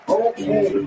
okay